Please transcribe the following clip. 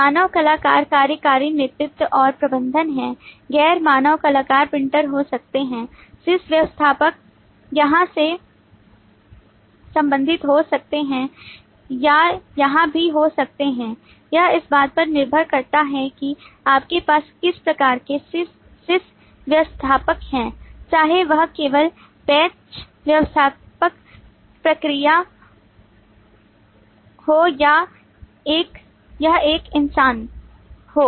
मानव कलाकार कार्यकारी नेतृत्व और प्रबंधक हैं गैर मानव कलाकार प्रिंटर हो सकते हैं sys व्यवस्था पक यहाँ से संबंधित हो सकते हैं या यहाँ भी हो सकते हैं यह इस बात पर निर्भर करता है कि आपके पास किस प्रकार के sys व्यवस्था पक हैं चाहे वह केवल बैच व्यवस्था पक प्रक्रिया हो या यह एक इंसान हो